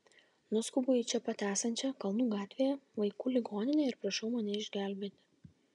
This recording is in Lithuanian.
nuskubu į čia pat esančią kalnų gatvėje vaikų ligoninę ir prašau mane išgelbėti